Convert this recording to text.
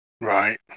Right